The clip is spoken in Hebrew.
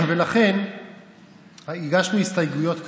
ולכן הגשנו הסתייגויות כאלה.